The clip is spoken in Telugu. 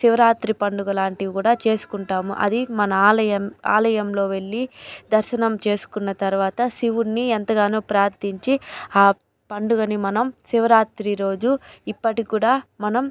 శివరాత్రి పండుగలాంటివి కూడా చేసుకుంటాము అది మన ఆలయ ఆలయంలో వెళ్లి దర్శనం చేసుకున్న తరువాత శివుణ్ణి ఎంతగానో ప్రార్ధించి ఆ పండుగని మనం శివరాత్రి రోజు ఇప్పటికి కూడా మనం